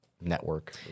network